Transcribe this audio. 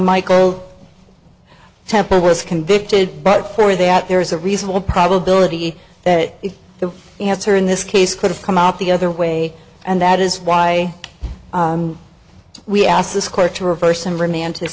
michael temple was convicted but for that there is a reasonable probability that the answer in this case could have come out the other way and that is why we asked this court to reverse and romantic